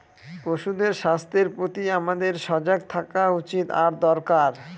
পশুদের স্বাস্থ্যের প্রতি আমাদের সজাগ থাকা উচিত আর দরকার